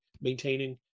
maintaining